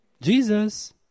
Jesus